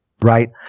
right